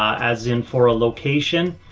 as in for a location.